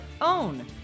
own